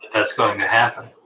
that's going to happen.